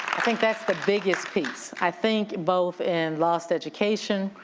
think that's the biggest piece. i think both in lost education,